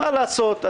מה לעשות,